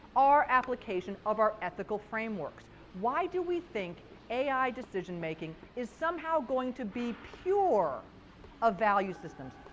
our application of our ethical frameworks. why do we think ai decision making is somehow going to be pure of values systems,